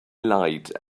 light